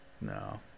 No